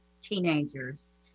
teenagers